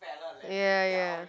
ya ya